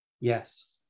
Yes